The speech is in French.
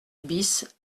bis